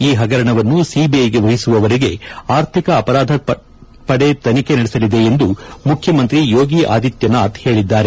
ಈ ಹಗರಣವನ್ನು ಸಿಬಿಐಗೆ ವಹಿಸುವವರೆಗೆ ಆರ್ಥಿಕ ಅಪರಾಧ ಪಡೆ ತನಿಖೆ ನಡೆಸಲಿದೆ ಎಂದು ಮುಖ್ಲಮಂತ್ರಿ ಯೋಗಿ ಆದಿತ್ತನಾಥ್ ಹೇಳಿದ್ದಾರೆ